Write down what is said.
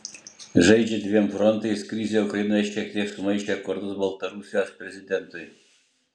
žaidžia dviem frontais krizė ukrainoje šiek tiek sumaišė kortas baltarusijos prezidentui